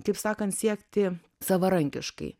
kaip sakant siekti savarankiškai